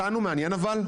אותנו מעניין אבל,